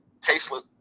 tasteless